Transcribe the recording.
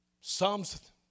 Psalms